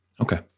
Okay